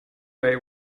way